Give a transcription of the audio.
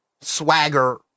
swagger